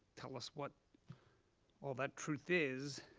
tell us what all that truth is.